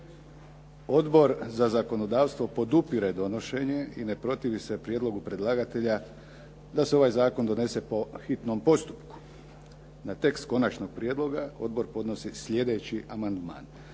Odbor za zakonodavstvo podupire donošenje i ne protivi se prijedlogu predlagatelja da se ovaj zakon donese po hitnom postupku. Na tekst konačnog prijedloga, odbor podnosi sljedeći amandman